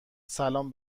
سلام